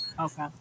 Okay